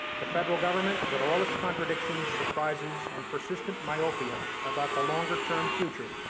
the federal government, with all its contradictions, surprises, and persistent myopia about the longer term future